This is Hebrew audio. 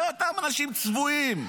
זה אותם אנשים צבועים.